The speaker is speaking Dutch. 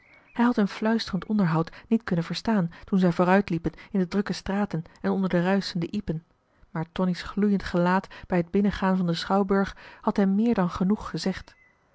hij had hun fluisterend onderhoud niet kunnen verstaan toen zij vooruitliepen in de drukke straten en onder de ruischende ijpen maar tonie's gloeiend gelaat bij het binnengaan van den schouwburg had hem meer dan genoeg gezegd